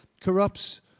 corrupts